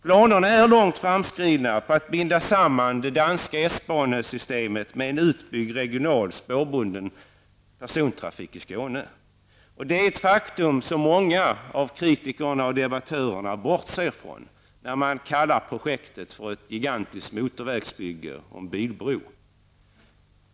Planerna är långt framskridna på att binda samma det danska S-banesystemet med en utbyggd regional spårbunden trafik i Skåne. Det är ett faktum som många av kritikerna och debattörerna bortser från, när man kallar projektet för ett gigantiskt motorvägsbygge och en bilbro.